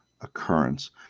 occurrence